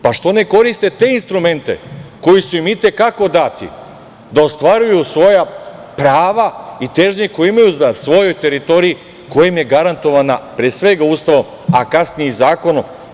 Pa što ne koriste te instrumente koji su im itekako dati da ostvaruju svoja prava i težnje koje imaju na svojoj teritoriji, koja im je garantovana, pre svega, Ustavnom, a kasnije i zakonom.